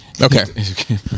Okay